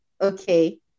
Okay